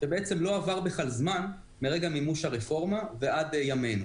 לא עבר בכלל זמן מרגע מימוש הרפורמה ועד ימינו.